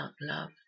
love